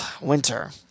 winter